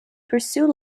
pursue